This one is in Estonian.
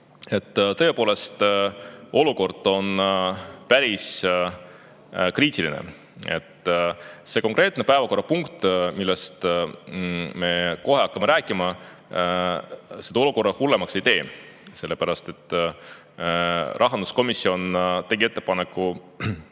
Tõepoolest, olukord on päris kriitiline. See konkreetne päevakorrapunkt, millest me kohe hakkame rääkima, olukorda hullemaks ei tee. Rahanduskomisjon tegi ettepaneku